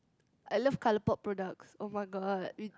I love ColourPop products [oh]-my-god we